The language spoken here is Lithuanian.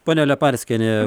ponia leparskienė